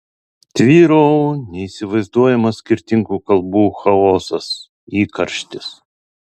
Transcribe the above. tvyro neįsivaizduojamas skirtingų kalbų chaosas įkarštis